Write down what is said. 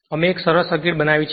અમે એક સરળ સર્કિટ બનાવી છે